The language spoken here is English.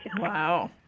Wow